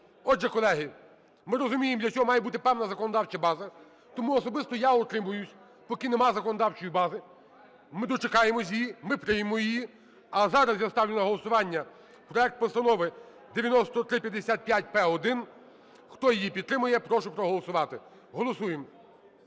Отже, колеги, ми розуміємо для цього має бути певна законодавча база, тому особисто я утримаюсь, поки немає законодавчої бази. Ми дочекаємось її, ми приймемо її. А зараз я ставлю на голосування проект Постанови 9355-П1. Хто її підтримує, прошу проголосувати. Голосуємо.